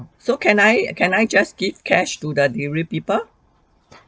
so can I can I just keep cash to the delivery people